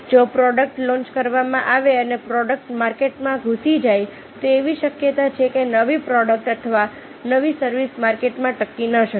જો product launch કરવામાં આવે અને પ્રોડક્ટ માર્કેટમાં ઘૂસી જાય તો એવી શક્યતા છે કે નવી પ્રોડક્ટ અથવા નવી સર્વિસ માર્કેટમાં ટકી ન શકે